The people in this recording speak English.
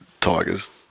Tigers